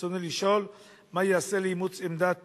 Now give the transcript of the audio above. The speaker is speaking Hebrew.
רצוני לשאול: 1. מה ייעשה לאימוץ עמדת